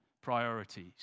priorities